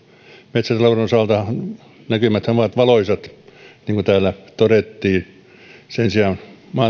metsätalouden osalta näkymäthän ovat valoisat niin kuin täällä todettiin sen sijaan